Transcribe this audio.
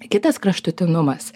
kitas kraštutinumas